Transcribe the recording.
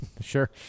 Sure